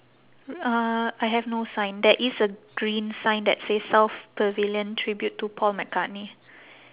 uh I have no sign there is a green sign that says south pavilion tribute to paul mccartney